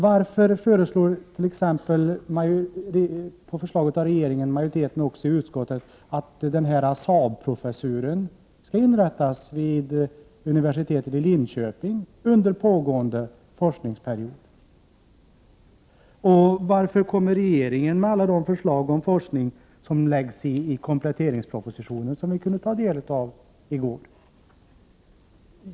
Varför föreslår t.ex. utskottsmajoriteten, i enlighet med regeringens förslag, att en Saab-professur skall inrättas vid universitetet i Linköping under pågående forskningsperiod? Varför kommer regeringen med alla dessa förslag om forskning i kompletteringspropositionen, som vi kunde ta del av i går?